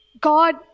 God